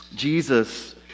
Jesus